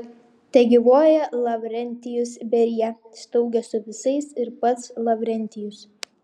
tegyvuoja lavrentijus berija staugė su visais ir pats lavrentijus